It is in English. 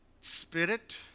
Spirit